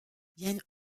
jan